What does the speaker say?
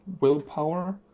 willpower